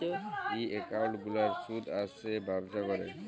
ই account গুলার সুদ আসে ব্যবছা ক্যরে